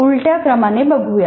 आपण यांना उलट्या क्रमाने बघूया